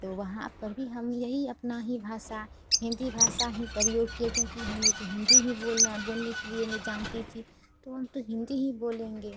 तो वहाँ का भी हम यही अपना ही भाषा हिन्दी भाषा ही प्रयोग किए क्योंकि हमें तो हिन्दी ही बोलना है बोलने के लिए मैं जानती थी तो हम तो हिन्दी ही बोलेंगे